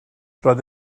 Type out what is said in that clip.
roedd